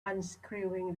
unscrewing